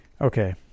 Okay